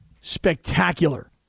spectacular